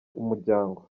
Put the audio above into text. umuryango